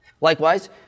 Likewise